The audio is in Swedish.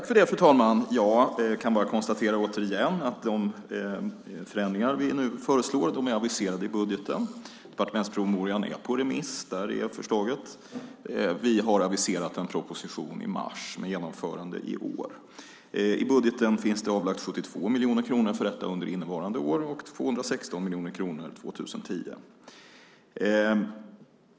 Fru talman! Jag kan bara konstatera, återigen, att de förändringar som vi nu föreslår är aviserade i budgeten. Departementspromemorian är på remiss. Där är förslaget. Vi har aviserat en proposition i mars med genomförande i år. I budgeten finns avsatt 72 miljoner kronor för detta för innevarande år och 216 miljoner kronor för 2010.